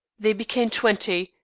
they became twenty,